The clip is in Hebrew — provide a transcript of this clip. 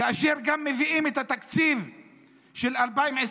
כאשר גם מביאים את התקציב של 2022,